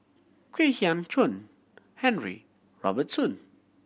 Kwek Hian Chuan Henry Robert Soon